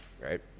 right